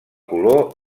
color